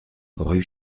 rue